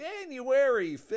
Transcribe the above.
January